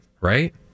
right